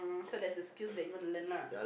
so that's the skills that you want to learn lah